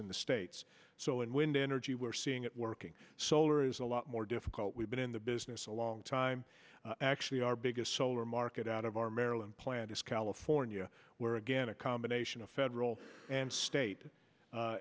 and the states so in wind energy we're seeing it working solar is a lot more difficult we've been in the business a long time actually our biggest solar market out of our maryland plant is california where again a combination of federal and state